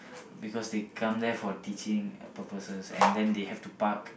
because they come there for teaching purposes and then they have to park